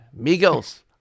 Migos